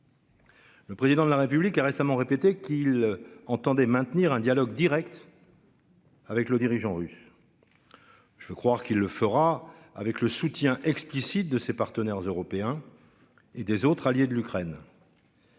Le président de la République a récemment répété qu'il entendait maintenir un dialogue Direct. Avec le dirigeant russe. Je veux croire qu'il le fera avec le soutien explicite de ses partenaires européens. Et des autres alliés de l'Ukraine.